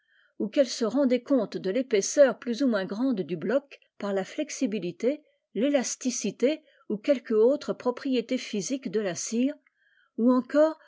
ou qu'elles se rendaient compte de l'épaisseur plus oa moins grande du bloc par la flexibilité l'élasticité ou quelque autre propriété physique de la cire ou encore